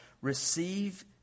receive